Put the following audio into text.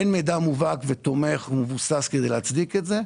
אין מידע מובהק ותומך ומבוסס כדי להצדיק את זה.